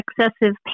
excessive